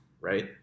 right